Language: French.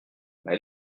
elle